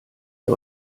ihr